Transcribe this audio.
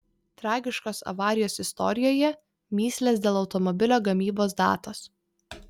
tragiškos avarijos istorijoje mįslės dėl automobilio gamybos datos